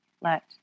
Let